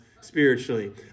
spiritually